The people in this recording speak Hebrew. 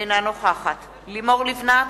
אינה נוכחת לימור לבנת,